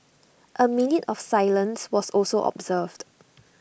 A minute of silence was also observed